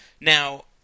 Now